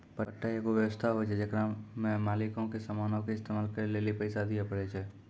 पट्टा एगो व्य्वस्था होय छै जेकरा मे मालिको के समानो के इस्तेमाल करै लेली पैसा दिये पड़ै छै